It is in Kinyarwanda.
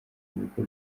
ubukwe